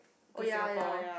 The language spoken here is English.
to Singapore